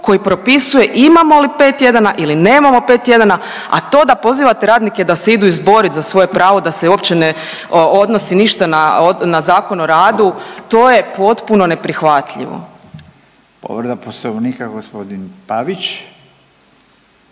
koji propisuje imamo li pet tjedana ili nemamo pet tjedana, a to da pozivate radnike da se idu izboriti za svoje pravo, da se uopće ne odnosi ništa na Zakon o radu to je potpuno neprihvatljivo. **Radin, Furio